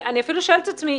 אני אפילו שואלת את עצמי,